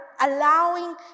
allowing